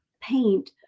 paint